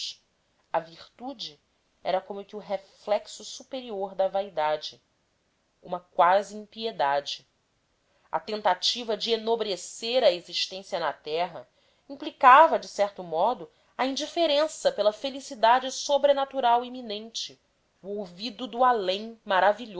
a virtude era como que o reflexo superior da vaidade uma quase impiedade a tentativa de enobrecer a existência na terra implicava de certo modo a indiferença pela felicidade sobrenatural iminente o olvido do além